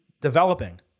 developing